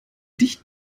dicht